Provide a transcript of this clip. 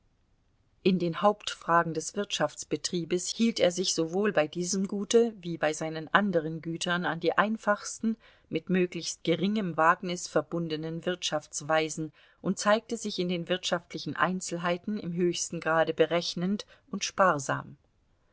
in den hauptfragen des wirtschaftsbetriebes hielt er sich sowohl bei diesem gute wie bei seinen anderen gütern an die einfachsten mit möglichst geringem wagnis verbundenen wirtschaftsweisen und zeigte sich in den wirtschaftlichen einzelheiten im höchsten grade berechnend und sparsam